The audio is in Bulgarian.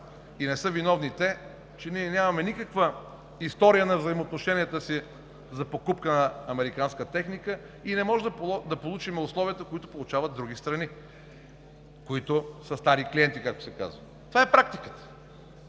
те не са виновни, че ние нямаме никаква история на взаимоотношенията си за покупка на американска техника и не можем да получим условията, които получават други страни, които са стари клиенти. Това е практиката.